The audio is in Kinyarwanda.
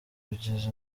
kugeza